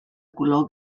color